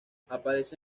aparece